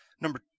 Number